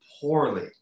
poorly